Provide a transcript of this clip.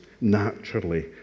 naturally